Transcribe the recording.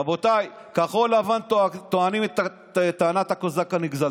רבותיי, כחול לבן טוענים את טענת הקוזק הנגזל.